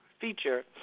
feature